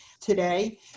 today